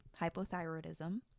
hypothyroidism